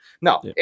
no